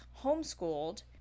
homeschooled